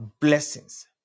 Blessings